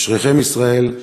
אשריכם ישראל.